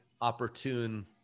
opportune